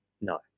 no